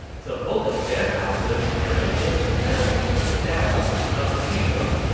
so both of their houses had been instrumental in the establishment of the kingdom.